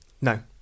No